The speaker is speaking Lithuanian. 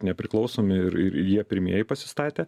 nepriklausomi ir ir jie pirmieji pasistatė